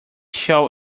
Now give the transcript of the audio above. shall